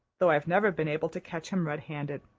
though i've never been able to catch him red-handed.